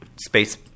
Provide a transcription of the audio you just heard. space-